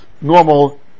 normal